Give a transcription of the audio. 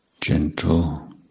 gentle